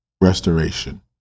restoration